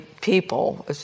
people